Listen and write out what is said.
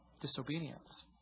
disobedience